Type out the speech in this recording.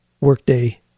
workday